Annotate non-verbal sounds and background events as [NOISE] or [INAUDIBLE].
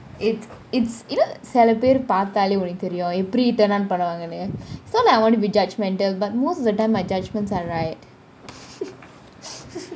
it it's either சில பெரு பாத்தாலே உன்னக்கு தெரியும் எப்பிடி :sila peru paathaley unnaku teriyum epidi turn out பன்னுவாங்கனு :panuvanganu so like I don't want to be judgmental but most of the time my judgements are right [LAUGHS]